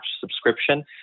subscription